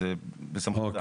זה בסמכותה.